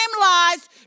lies